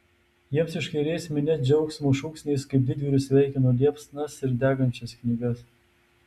jiems iš kairės minia džiaugsmo šūksniais kaip didvyrius sveikino liepsnas ir degančias knygas